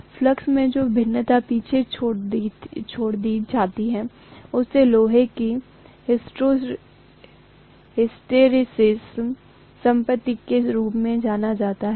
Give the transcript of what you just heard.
flux में जो भिन्नता पीछे छोड़ दी जाती है जिसे लोहे की हिस्टैरिसीस संपत्ति के रूप में जाना जाता है